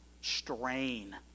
strain